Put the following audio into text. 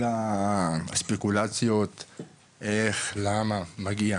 כל הספקולציות, איך, למה מגיע,